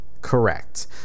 Correct